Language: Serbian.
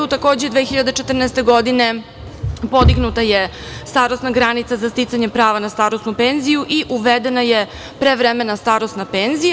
Takođe, 2014. godine podignuta je starosna granica za sticanje prava na starosnu penziju i uvedena je prevremena starosna penzija.